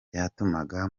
byatumaga